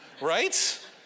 right